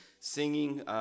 singing